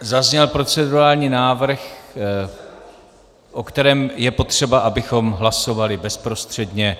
Zazněl procedurální návrh, o kterém je potřeba, abychom hlasovali bezprostředně.